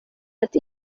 ati